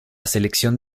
selección